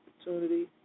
opportunity